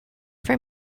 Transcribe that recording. for